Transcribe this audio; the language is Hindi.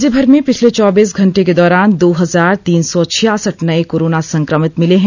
राज्य भर में पिछले चौबीस घंटे के दौरान दो हजार तीन सौ छियासठ नए कोरोना संक्रमित मिले हैं